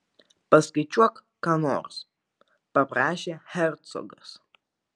paskaičiuok ką nors paprašė hercogas